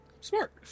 Smart